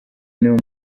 n’uyu